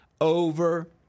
over